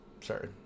Sorry